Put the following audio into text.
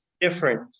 different